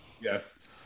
Yes